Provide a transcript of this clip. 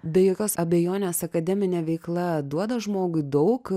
be jokios abejonės akademinė veikla duoda žmogui daug